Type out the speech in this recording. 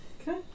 Okay